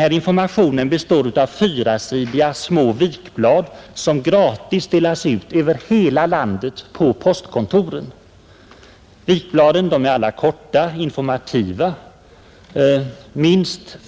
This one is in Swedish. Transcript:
Denna information består av fyrsidiga små vikblad, som gratis delas ut över hela landet på postkontoren. Vikbladen är alla korta och informativa. Minst